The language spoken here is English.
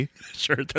Sure